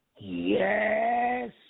Yes